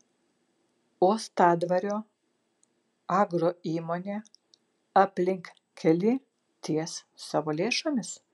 uostadvario agroįmonė aplinkkelį ties savo lėšomis